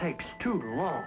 takes too long